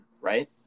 Right